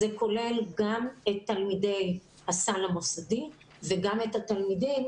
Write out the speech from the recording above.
זה כולל גם את תלמידי הסל המוסדי וגם את התלמידים